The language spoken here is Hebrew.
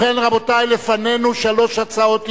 ובכן, רבותי, לפנינו שלוש הצעות אי-אמון,